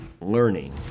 learning